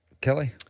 Kelly